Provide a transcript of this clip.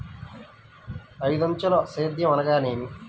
ఐదంచెల సేద్యం అనగా నేమి?